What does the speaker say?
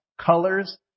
colors